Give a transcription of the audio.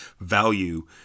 value